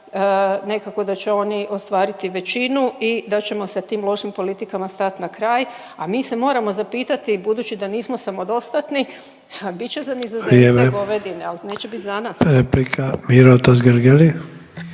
nekako da će oni ostvariti većinu i da ćemo sa tim lošim politikama stat na kraj, a mi se moramo zapitati budući da nismo samodostatni, a bit će …/Upadica Sanader: Vrijeme./… za